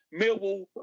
Millwall